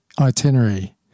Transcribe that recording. itinerary